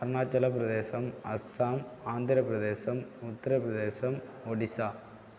Arunachal Pradesh Assam Andhra Pradesh Uttar Pradesh Odisha